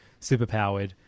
superpowered